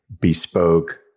bespoke